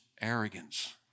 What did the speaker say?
arrogance